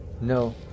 No